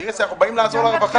איריס, אנחנו באים לעזור לרווחה.